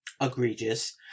egregious